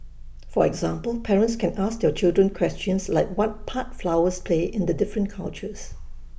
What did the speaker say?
for example parents can ask their children questions like what part flowers play in the different cultures